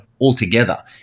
altogether